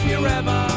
forever